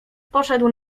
poszedł